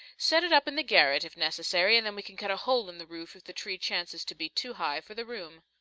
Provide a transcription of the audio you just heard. set it up in the garret, if necessary, and then we can cut a hole in the roof if the tree chances to be too high for the room.